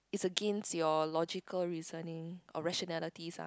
it's against your logical reasoning or rationalities ah